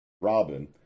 Robin